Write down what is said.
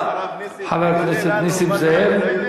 הרב נסים, הרב נסים, חבר הכנסת נסים זאב,